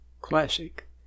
classic